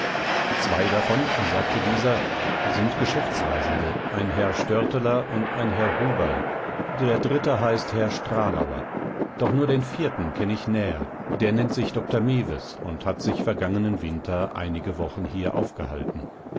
zwei davon sagte dieser sind geschäftsreisende ein herr störteler und ein herr huberl der dritte heißt herr stralauer doch nur den vierten kenn ich näher der nennt sich dr mewes und hat sich vergangenen winter einige wochen hier aufgehalten